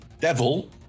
devil